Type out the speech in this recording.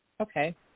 okay